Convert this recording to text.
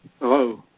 Hello